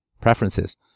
preferences